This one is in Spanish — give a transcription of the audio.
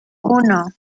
uno